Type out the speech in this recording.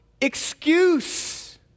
excuse